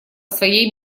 своей